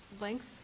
length